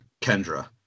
Kendra